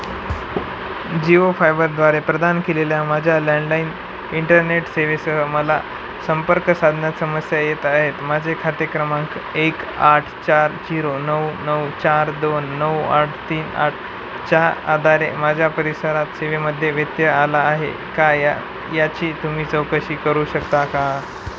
जिओ फायबरद्वारे प्रदान केलेल्या माझ्या लँडलाइन इंटरनेट सेवेसह मला संपर्क साधण्यात समस्या येत आहेत माझे खाते क्रमांक एक आठ चार झिरो नऊ नऊ चार दोन नऊ आठ तीन आठच्या आधारे माझ्या परिसरात सेवेमध्ये व्यत्यय आला आहे का या याची तुम्ही चौकशी करू शकता का